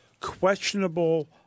questionable